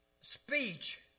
speech